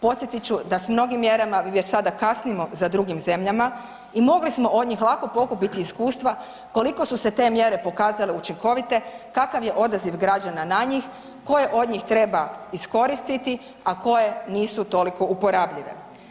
Podsjetit ću da s mnogim mjerama mi već sada kasnimo za drugim zemljama i mogli smo od njih lako pokupiti iskustva koliko su se te mjere pokazale učinkovite, kakav je odaziv građana na njih, koje od njih treba iskoristiti, a koje nisu toliko uporabljive.